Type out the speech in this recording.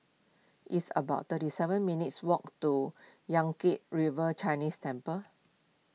it's about thirty seven minutes' walk to Yan Kit River Chinese Temple